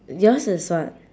yours is what